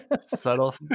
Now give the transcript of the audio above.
subtle